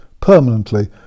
permanently